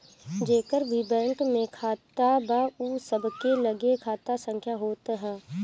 जेकर भी बैंक में खाता बा उ सबके लगे खाता संख्या होत हअ